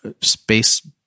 space